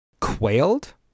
Quailed